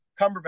Cumberbatch